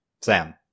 Sam